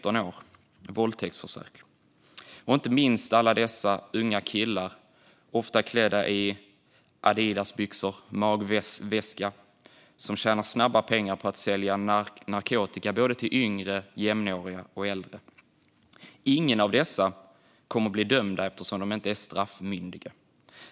Och vi har inte minst alla dessa unga killar - ofta klädda i Adidasbyxor och med magväska - som tjänar snabba pengar på att sälja narkotika till yngre, jämnåriga och äldre. Inga av dessa kommer att bli dömda eftersom de inte är straffmyndiga.